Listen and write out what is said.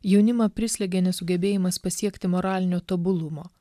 jaunimą prislėgė nesugebėjimas pasiekti moralinio tobulumo